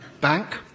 Bank